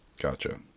Gotcha